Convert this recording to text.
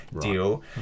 deal